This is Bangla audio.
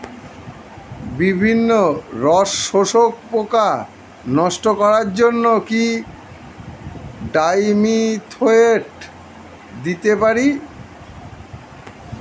বিভিন্ন রস শোষক পোকা নষ্ট করার জন্য কি ডাইমিথোয়েট দিতে পারি?